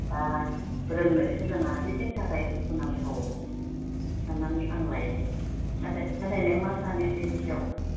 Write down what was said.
बा रोंनो सोलोङा बे जोंनि थाखाय दुखुनांथाव साननानै आं लायो नाथाय नों मा सानो बेनि सायाव